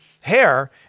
hair